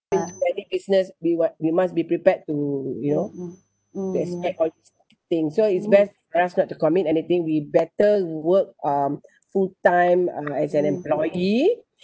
invest business we what we must be prepared to you know to expect all these thing so it's best for us not to commit anything we better work um full time uh as an employee